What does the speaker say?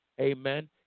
Amen